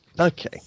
Okay